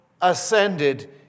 ascended